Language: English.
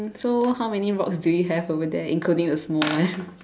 so how many rocks do you have over there including the small one